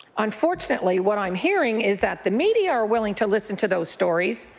unfortunately, what i'm hearing is that the media are willing to listen to those stories,